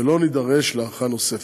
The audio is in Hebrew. ולא נידרש להארכה נוספת.